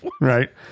right